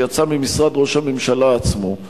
שיצאה ממשרד ראש הממשלה עצמו.